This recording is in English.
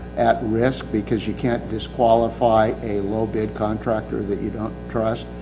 at risk, because you can't disqualify a low bid contractor that you don't trust.